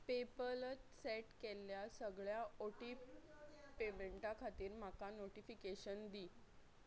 पेपलत set केल्ल्या सगळ्या auto पेमॅंटा खातीर म्हाका नोटिफिकेशन दी